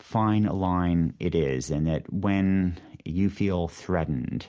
fine a line it is and that, when you feel threatened